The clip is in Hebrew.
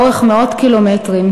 לאורך מאות קילומטרים.